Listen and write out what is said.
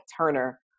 Turner